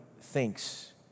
thinks